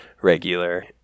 regular